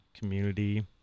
community